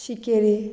शिकेरे